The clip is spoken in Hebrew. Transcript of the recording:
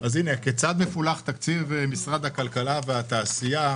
כיצד מפולח תקציב משרד הכלכלה והתעשייה?